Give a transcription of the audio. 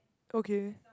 okay